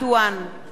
אינו נוכח